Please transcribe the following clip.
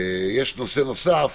יש נושא נוסף